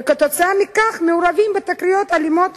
וכתוצאה מכך מעורבותם בתקריות אלימות